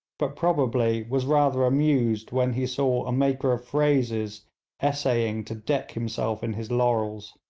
but probably was rather amused when he saw a maker of phrases essaying to deck himself in his laurels.